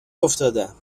افتادم